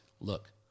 look